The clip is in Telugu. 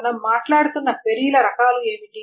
కాబట్టి మనం మాట్లాడుతున్న క్వెరీల రకాలు ఏమిటి